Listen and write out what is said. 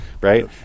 right